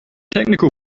technical